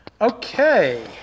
Okay